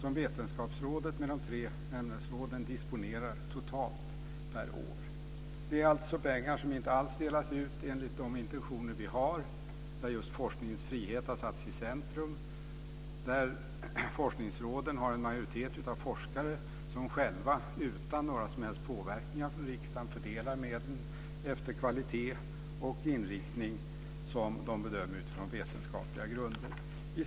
Det är alltså pengar som inte alls delas ut enligt de intentioner vi har, där just forskningens frihet har satts i centrum. Forskningsråden har en majoritet av forskare som själva utan några som helst påverkningar från riksdagen fördelar medlen efter kvalitet och inriktning som de bedömer utifrån vetenskapliga grunder.